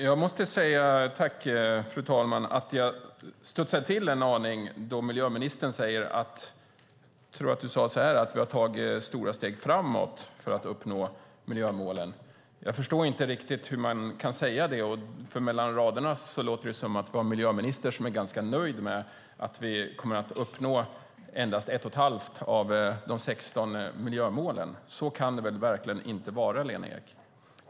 Fru talman! Jag studsade till en aning när miljöministern sade att vi har tagit stora steg framåt för att uppnå miljömålen. Jag förstår inte riktigt hur man kan säga det. Mellan raderna låter det som om vi har en miljöminister som är ganska nöjd med att vi kommer att uppnå endast ett och ett halvt av de 16 miljömålen. Så kan det väl ändå inte vara, Lena Ek?